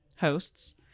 hosts